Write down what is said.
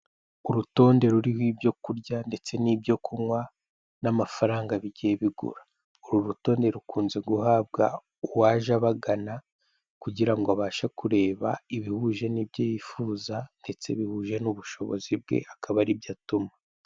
Urutonde ruriho ibyo kurya ndetse n'ibyo kunywa n'amafaranga bigiye bigura, uru rutonde rukunze guhabwa uwaje abagana, kugira ngo abashe kureba ibihuje n'ibyo yifuza ndetse bihuje n'ubushobozi bwe, akaba aribyo atuma.